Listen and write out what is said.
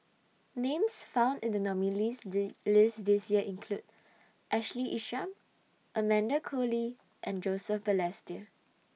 Names found in The nominees' Z list This Year include Ashley Isham Amanda Koe Lee and Joseph Balestier